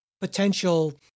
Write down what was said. potential